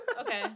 Okay